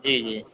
جی جی